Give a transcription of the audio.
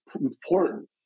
important